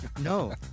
No